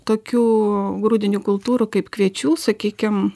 tokių grūdinių kultūrų kaip kviečių sakykim